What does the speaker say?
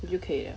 你就可以 liao